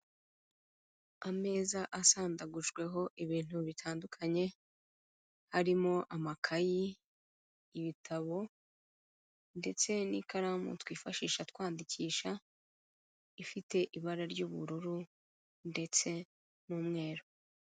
Ameza asandagujweho ibintu bitandukanye, harimo amakayi, ibitabo ndetse n'ikaramu twifashisha twandikisha, ifite ibara ry'ubururu ndetse n'umweru.